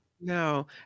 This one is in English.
No